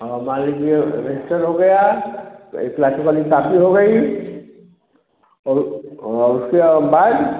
हाँ मान लीजिए रजिस्टर हो गया प्लास्टिक वाली कॉपी हो गई और और उसके बाद